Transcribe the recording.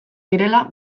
direla